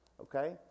okay